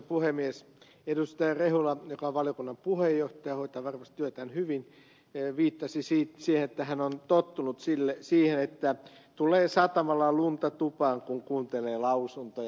rehula joka on valiokunnan puheenjohtaja hoitaa varmasti työtään hyvin viittasi siihen että hän on tottunut siihen että tulee satamalla lunta tupaan kun kuuntelee lausuntoja